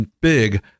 big